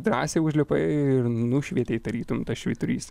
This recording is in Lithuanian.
drąsiai užlipai ir nušvietei tarytum švyturys